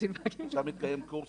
עכשיו מתקיים קורס